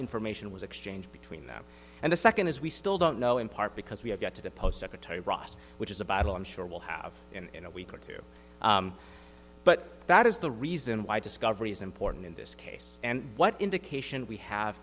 information was exchanged between them and the second is we still don't know in part because we have yet to depose secretary rice which is a battle i'm sure will have in a week or two but that is the reason why discovery is important in this case and what indication and we have